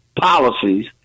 policies